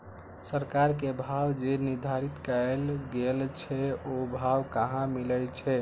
सरकार के भाव जे निर्धारित कायल गेल छै ओ भाव कहाँ मिले छै?